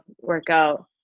workout